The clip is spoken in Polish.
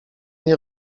nie